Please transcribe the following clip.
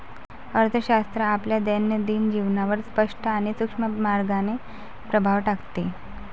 अर्थशास्त्र आपल्या दैनंदिन जीवनावर स्पष्ट आणि सूक्ष्म मार्गाने प्रभाव टाकते